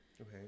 Okay